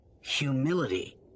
humility